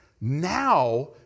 Now